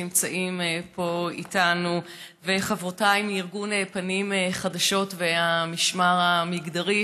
שנמצאים פה איתנו וחברותיי מארגון פנים חדשות והמשמר המגדרי,